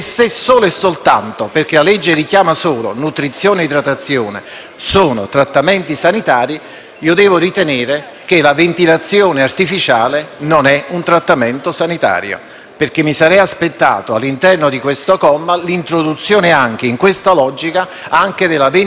sono trattamenti sanitari, io devo ritenere che la ventilazione artificiale non è un trattamento sanitario. Mi sarei infatti aspettato, all'interno di questo comma, l'introduzione in questa logica anche della ventilazione artificiale. Quindi, chi approverà